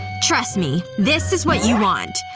trust me, this is what you want.